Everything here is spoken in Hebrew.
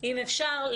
אם אפשר,